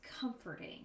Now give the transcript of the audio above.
comforting